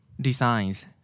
Designs